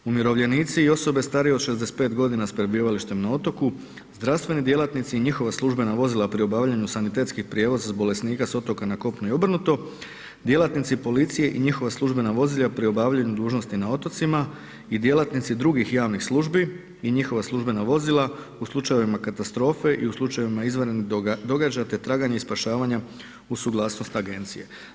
Umirovljenici i osobe starije od 65 g. s prebivalištem na otoku, zdravstveni djelatnici i njihova službena vozila pri obavljanju sanitetskog prijevoza bolesnika s otoka na kopno i obrnuto, djelatnici policije i njihova službena vozila pri obavljanju dužnosti na otocima i djelatnici drugih javnih služni i njihova službena vozila u slučajevima katastrofe i u slučajevima izvanrednih događaja te traganja i spašavanja uz suglasnost agencije.